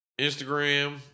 Instagram